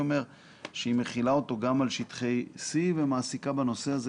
שהיא מחילה אותו גם על שטחי C ומעסיקה בנושא הזה,